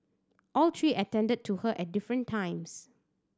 all three attended to her at different times